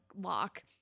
lock